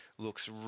Looks